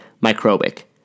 microbic